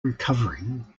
recovering